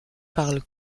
parle